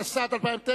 התשס”ט 2009,